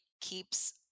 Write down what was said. keeps